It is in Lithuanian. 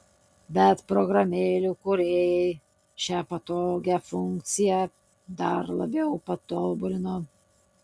bet programėlių kūrėjai šią patogią funkciją dar labiau patobulino